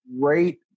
great